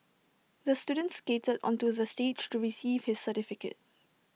the student skated onto the stage to receive his certificate